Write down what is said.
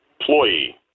employee